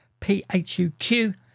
PHUQ